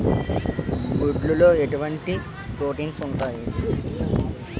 గుడ్లు లో ఎటువంటి ప్రోటీన్స్ ఉంటాయి?